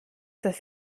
das